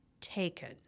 taken